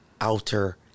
outer